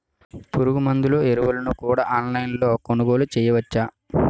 పురుగుమందులు ఎరువులను కూడా ఆన్లైన్ లొ కొనుగోలు చేయవచ్చా?